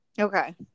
okay